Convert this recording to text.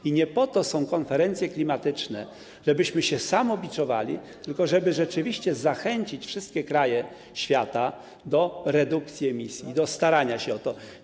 I nie po to są konferencje klimatyczne, żebyśmy się samobiczowali, tylko po to, żeby rzeczywiście zachęcić wszystkie kraje świata do redukcji emisji, do starania się o to.